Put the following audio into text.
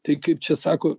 tai kaip čia sako